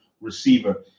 receiver